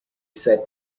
said